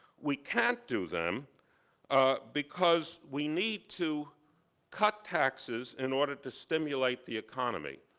we can't do them because we need to cut taxes in order to stimulate the economy.